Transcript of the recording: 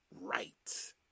right